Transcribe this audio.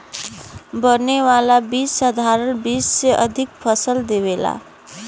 बने वाला बीज साधारण बीज से अधिका फसल देवेला